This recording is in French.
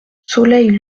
soleil